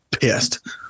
pissed